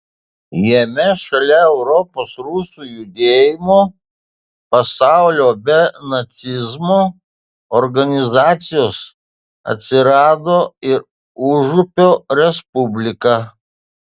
jame šalia europos rusų judėjimo pasaulio be nacizmo organizacijos atsirado ir užupio respublika